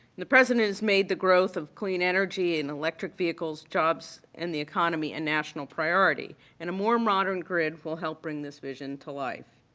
and the president has made the growth of clean energy and electric vehicles, jobs and the economy, a and national priority. and a more modern grid will help bring this vision to life.